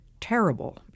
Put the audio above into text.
terrible